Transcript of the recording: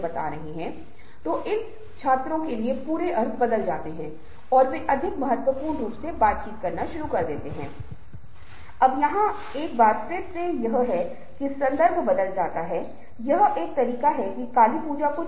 इसलिए जैसे ही हम आगे बढ़ेंगे संस्कृति और संदर्भ बहुत महत्वपूर्ण भूमिका निभाएंगेऔर मुझे उम्मीद है कि इस समय तक मैं आपके साथ सॉफ्ट स्किल के संदर्भों में प्रासंगिकता को साझा करने में सक्षम रहा हूं